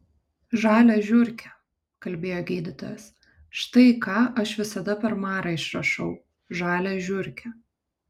žalią žiurkę kalbėjo gydytojas štai ką aš visada per marą išrašau žalią žiurkę